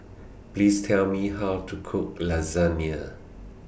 Please Tell Me How to Cook Lasagne